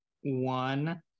one